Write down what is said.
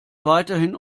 weiterhin